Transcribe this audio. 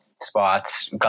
spots